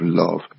love